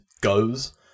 goes